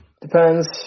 Depends